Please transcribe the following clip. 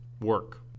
work